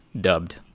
dubbed